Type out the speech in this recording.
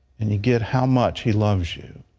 and you get how much he loves you.